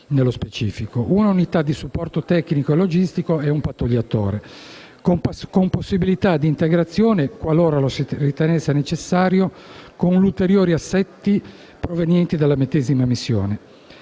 (una unità per il supporto tecnico e logistico e un pattugliatore), con possibilità di integrazione - qualora lo si ritenesse necessario - con ulteriori assetti provenienti dalla medesima missione.